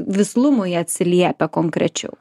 vislumui atsiliepia konkrečiau